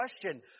question